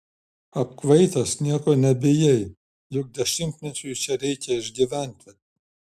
apkvaitęs nieko nebijai juk dešimtmečiui čia reikia išgyventi